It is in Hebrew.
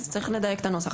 צריך לדייק את הנוסח.